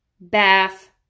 Bath